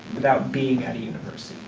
without being at a university.